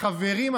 החברים?